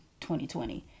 2020